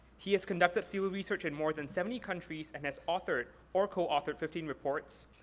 he has conducted field research in more than seventy countries and has authored or co-authored fifteen reports,